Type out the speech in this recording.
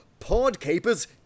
Podcapers